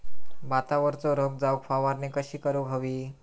भातावरचो रोग जाऊक फवारणी कशी करूक हवी?